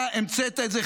אתה המצאת את זה,